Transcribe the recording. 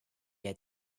had